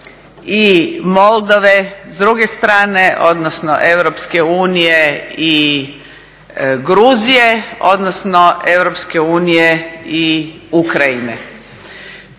i Moldove s druge strane, odnosno EU i Gruzije, odnosno EU i Ukrajine.